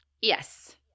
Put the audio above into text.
Yes